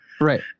right